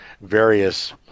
various